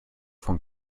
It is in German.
von